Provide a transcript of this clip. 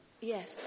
Yes